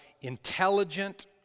intelligent